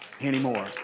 anymore